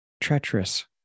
treacherous